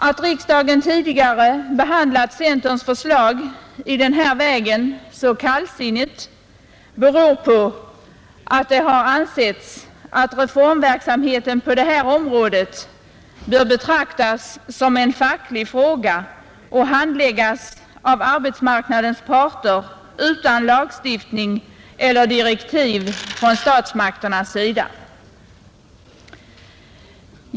Att riksdagen tidigare har behandlat centerns förslag i dessa frågor så kallsinnigt beror på att det har ansetts att reformverksamheten på detta område bör betraktas som en facklig fråga och handläggas av arbetsmarknadens parter utan lagstiftning eller direktiv från statsmakternas sida.